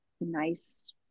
nice